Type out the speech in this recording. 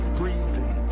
breathing